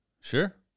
Sure